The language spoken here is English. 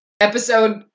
Episode